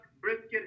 brisket